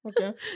Okay